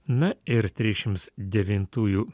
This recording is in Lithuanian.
na ir trisdešims devintųjų